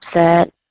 upset